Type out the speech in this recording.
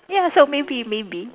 ya so maybe maybe